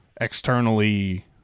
externally